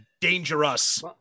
dangerous